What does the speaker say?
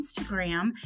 Instagram